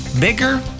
bigger